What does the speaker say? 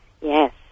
Yes